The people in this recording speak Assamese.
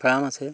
ফাৰ্ম আছে